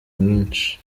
mwinshi